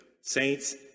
saints